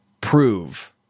prove